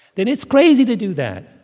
then it's crazy to do that,